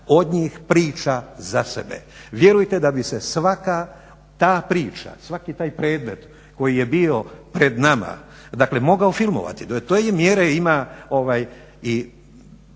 od njih priča za sebe. Vjerujte da bi se svaka ta priča, svaki taj predmet koji je bio pred nama dakle mogao filmovati. Do te mjere ima i